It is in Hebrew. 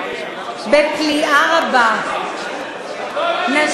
זה ניצול נשים.